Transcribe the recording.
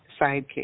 sidekick